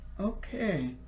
okay